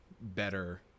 better